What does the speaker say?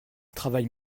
travaille